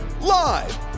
Live